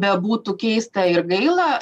bebūtų keista ir gaila